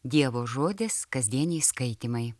dievo žodis kasdieniai skaitymai